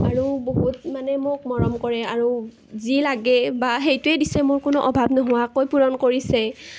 আৰু বহুত মানে মোক মৰম কৰে আৰু যি লাগে বা সেইটোৱেই দিছে মোৰ কোনো অভাৱ নোহোৱাকৈ পূৰণ কৰিছে